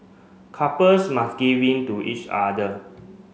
couples must give in to each other